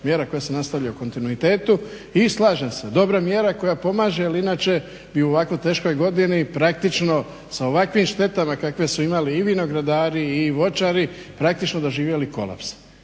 mjera koja se nastavlja u kontinuitetu i slažem se dobra mjera koja pomaže jer inače bi u ovako teškoj godini praktično sa ovakvim štetama kakve su imali i vinogradari i voćari praktično doživjeli kolaps.